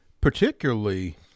Particularly